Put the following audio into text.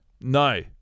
No